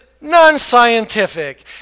non-scientific